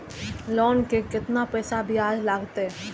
Loan के केतना पैसा ब्याज लागते?